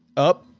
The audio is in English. up,